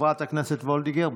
חברת הכנסת וולדיגר.